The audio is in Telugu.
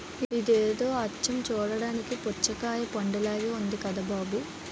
ఇదేదో అచ్చం చూడ్డానికి పుచ్చకాయ పండులాగే ఉంది కదా బాబూ